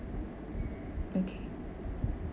okay